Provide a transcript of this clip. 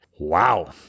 Wow